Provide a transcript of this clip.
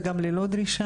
וגם ללא דרישה.